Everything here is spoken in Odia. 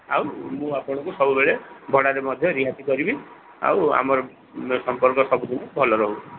ଆଉ ମୁଁ ଆପଣଙ୍କୁ ସବୁବେଳେ ଭଡ଼ାରେ ମଧ୍ୟ ରିହାତି କରିବି ଆଉ ଆମର ସମ୍ପର୍କ ସବୁଦିନେ ଭଲ ରହୁ